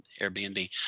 airbnb